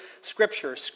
Scripture